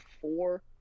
four